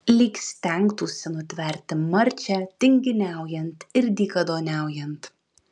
lyg stengtųsi nutverti marčią tinginiaujant ir dykaduoniaujant